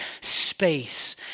space